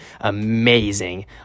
amazing